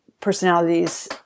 personalities